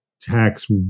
tax